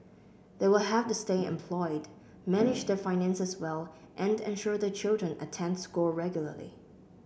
they will have to stay employed manage their finances well and ensure their children attend school regularly